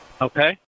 okay